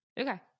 Okay